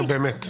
נו באמת.